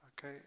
Okay